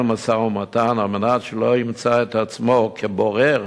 משא-ומתן על מנת שלא ימצא את עצמו כבורר